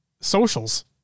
socials